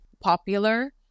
popular